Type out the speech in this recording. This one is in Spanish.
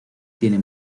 tiene